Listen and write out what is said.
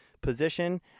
position